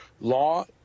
law